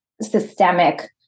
systemic